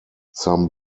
some